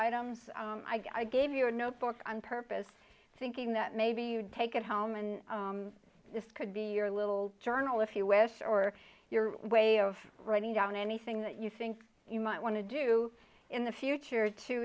items i gave you a notebook on purpose thinking that maybe you'd take it home and this could be your little journal of us or your way of writing down anything that you think you might want to do in the future to